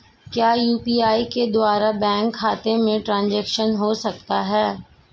क्या यू.पी.आई के द्वारा बैंक खाते में ट्रैन्ज़ैक्शन हो सकता है?